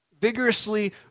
vigorously